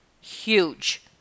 Huge